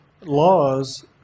laws